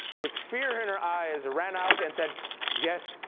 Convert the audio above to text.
with fear in her eyes, ran out and said yes,